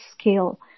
scale